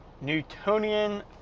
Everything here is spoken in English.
Newtonian